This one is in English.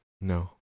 No